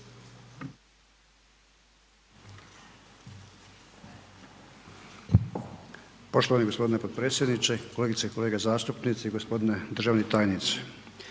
Poštovani gospodine potpredsjedniče. Kolegice i kolege zastupnici, gospodine državni tajniče.